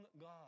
God